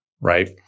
right